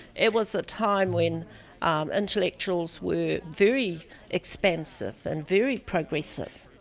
it was a time when intellectuals were very expansive, and very progressive,